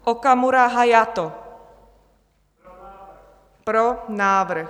Okamura Hayato: Pro návrh.